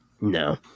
no